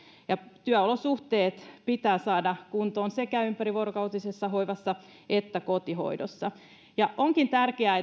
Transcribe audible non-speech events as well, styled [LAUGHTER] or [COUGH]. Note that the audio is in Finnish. työolosuhteet pitää saada kuntoon sekä ympärivuorokautisessa hoivassa että kotihoidossa onkin tärkeää [UNINTELLIGIBLE]